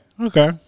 Okay